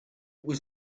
was